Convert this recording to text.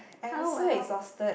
I also exhausted